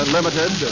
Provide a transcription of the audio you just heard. Limited